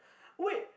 wait